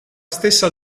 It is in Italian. stessa